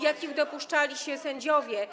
jakich dopuszczali się sędziowie.